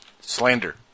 Slander